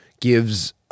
gives